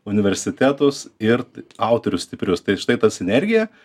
universitetus ir autorius stiprius tai štai ta sinergija